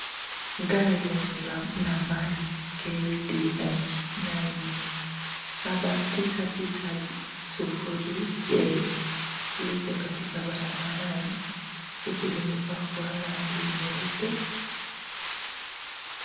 Gari lenye nambari KDH 990J liko katika barabarani huku limepakwa rangi nyeupe.